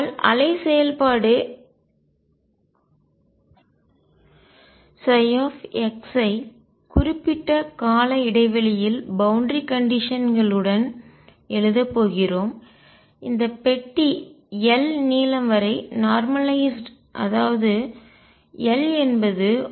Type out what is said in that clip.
ஆகையால் அலை செயல்பாடு ψஐ குறிப்பிட்ட கால இடைவெளியில் பவுண்டரி கண்டிஷன் களுடன் எல்லை நிபந்தனைகளுடன் எழுதப் போகிறோம் இந்த பெட்டி L நீளம் வரை நார்மலாய்ஸ்ட் இயல்பாக்கியது அதாவது L என்பது 1Leikx